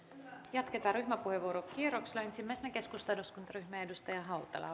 jatketaan ryhmäpuheenvuorokierroksella ensimmäisenä keskustan eduskuntaryhmä ja edustaja hautala